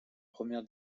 première